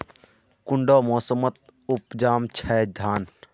कुंडा मोसमोत उपजाम छै धान?